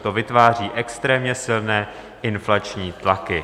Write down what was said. To vytváří extrémně silné inflační tlaky.